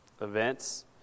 events